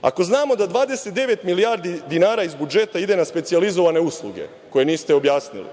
Ako znamo da 29 milijardi dinara iz budžeta ide na specijalizovane usluge, koje niste objasnili,